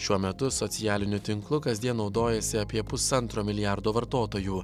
šiuo metu socialiniu tinklu kasdien naudojasi apie pusantro milijardo vartotojų